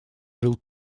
жил